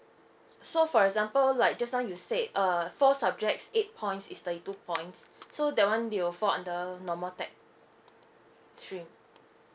so for example like just now you said err four subjects eight points is thirty two points so that one they will fall under normal tech stream